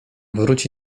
wróci